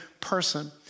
person